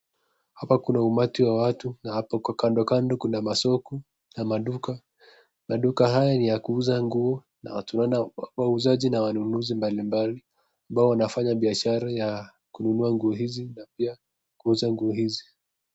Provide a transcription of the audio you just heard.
Hapa kuna umati wa watu na hapo kando kando kuna masoko na maduka na duka haya ni ya kuuza nguo na wauzaji na wanunuzi mbalimbali ambao wanafanya biashara ya kununua nguo hizi na pia kuuza nguo hizi